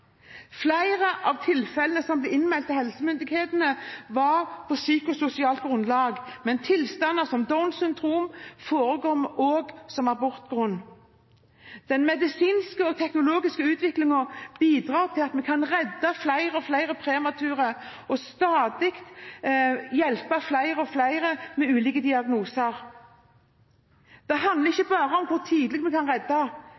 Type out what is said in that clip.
Flere av tilfellene som ble innmeldt til helsemyndighetene, var på psykososialt grunnlag, men tilstander som Downs syndrom forekom også som abortgrunn. Den medisinske og teknologiske utviklingen bidrar til at vi kan redde flere og flere premature og hjelpe flere og flere med ulike diagnoser. Det handler